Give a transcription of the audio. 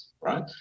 right